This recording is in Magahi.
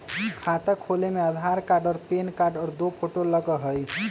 खाता खोले में आधार कार्ड और पेन कार्ड और दो फोटो लगहई?